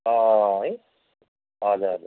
अँ है हजुर हजुर